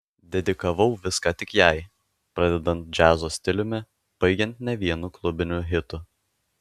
dedikavau viską tik jai pradedant džiazo stiliumi baigiant ne vienu klubiniu hitu